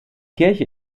kirche